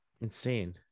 Insane